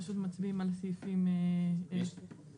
פשוט מצביעים על הסעיפים כמו שהם.